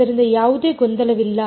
ಆದ್ದರಿಂದ ಯಾವುದೇ ಗೊಂದಲವಿಲ್ಲ